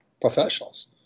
professionals